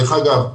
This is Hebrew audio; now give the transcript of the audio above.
דרך אגב,